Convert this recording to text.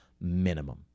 minimum